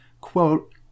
quote